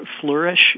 flourish